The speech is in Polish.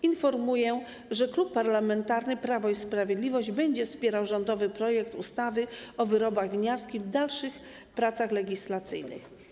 Informuję, że Klub Parlamentarny Prawo i Sprawiedliwość będzie wspierał rządowy projekt ustawy o wyrobach winiarskich w dalszych pracach legislacyjnych,